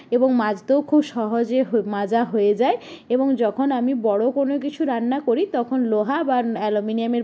এবং মাজতেও খুব সহজে হ মাজা হয়ে যায় এবং যখন আমি বড়ো কোনো কিছু রান্না করি তখন লোহা বা অ্যালুমিনিয়ামের